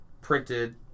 printed